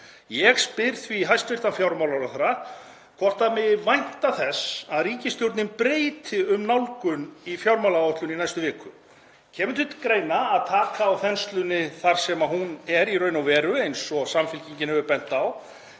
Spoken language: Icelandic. Ég spyr því hæstv. fjármálaráðherra hvort vænta megi þess að ríkisstjórnin breyti um nálgun í fjármálaáætlun í næstu viku. Kemur til greina að taka á þenslunni þar sem hún er í raun og veru, eins og Samfylkingin hefur bent á,